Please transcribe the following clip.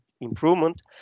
improvement